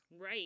Right